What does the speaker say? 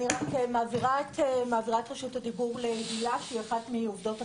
אני מעבירה את רשות הדיבור להילה שהיא אחת מעובדות הקבלן.